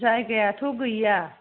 जायगायाथ' गैया